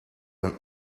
een